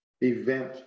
event